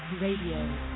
Radio